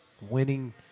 winning